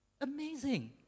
Amazing